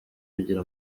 kugira